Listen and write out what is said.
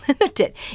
limited